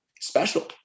special